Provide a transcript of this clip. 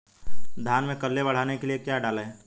धान में कल्ले बढ़ाने के लिए क्या डालें?